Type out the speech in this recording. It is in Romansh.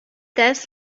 dess